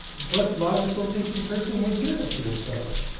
what logical thinking person would do that to themselves?